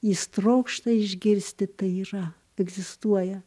jis trokšta išgirsti tai yra egzistuoja